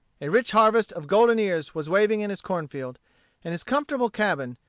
a rich harvest of golden ears was waving in his corn-field and his comfortable cabin,